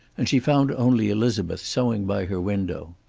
and she found only elizabeth sewing by her window.